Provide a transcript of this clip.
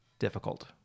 difficult